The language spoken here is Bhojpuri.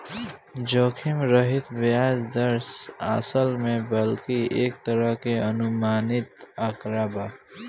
जोखिम रहित ब्याज दर, असल में बल्कि एक तरह के अनुमानित आंकड़ा बा